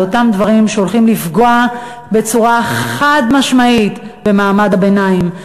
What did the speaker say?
אותם דברים שהולכים לפגוע בצורה חד-משמעית במעמד הביניים,